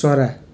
चरा